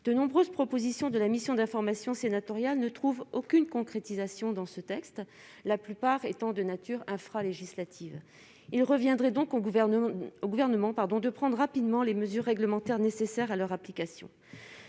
de nombreuses propositions de la mission d'information sénatoriale ne trouve aucune concrétisation dans ce texte, la plupart étant de nature infra-législatives il reviendrait donc on gouvernement au gouvernement, pardon, de prendre rapidement les mesures réglementaires nécessaires à leur application,